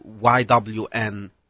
YWN